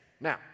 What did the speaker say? Now